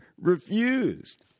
Refused